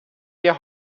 wir